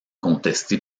contesté